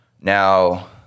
Now